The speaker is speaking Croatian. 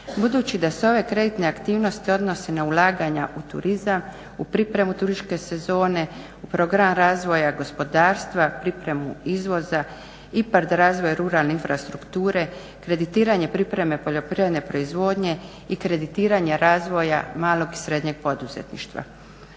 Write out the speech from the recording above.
Budući da se ove kreditne aktivnosti odnose na ulaganja u turizam, u pripremu turističke sezone, u program razvoja gospodarstva, pripremu izvoza, IPARD razvoja ruralne infrastrukture, kreditiranje pripreme poljoprivredne proizvodnje i kreditiranje razvoja malog i srednjeg poduzetništva.